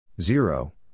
Zero